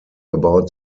about